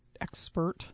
expert